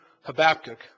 Habakkuk